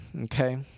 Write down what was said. okay